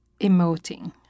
emoting